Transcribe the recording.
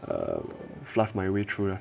fluff my way through lah